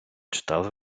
читали